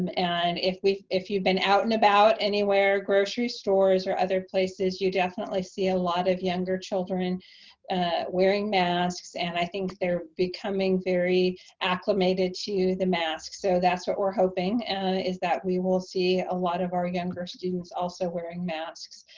um and if you've been out and about anywhere, grocery stores or other places, you definitely see a lot of younger children wearing masks, and i think they're becoming very acclimated to the mask. so that's what we're hoping is that we will see a lot of our younger students also wearing masks.